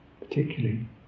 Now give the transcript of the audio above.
particularly